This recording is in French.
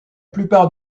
plupart